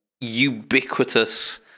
ubiquitous